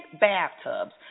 bathtubs